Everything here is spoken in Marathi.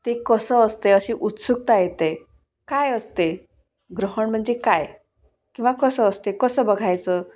ते कसं असते अशी उत्सुकता येते काय असते ग्रहण म्हणजे काय किंवा कसं असते कसं बघायचं